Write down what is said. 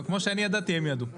גם כמו שאני ידעתי הם ידעו.